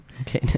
okay